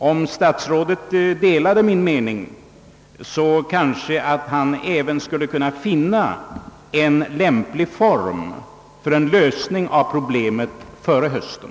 Om statsrådet delade min mening, kanske han även skullt kunna finna en lämplig form för en lösning av problemet före hösten.